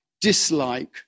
dislike